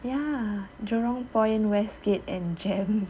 ya jurong point westgate and jem